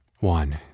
One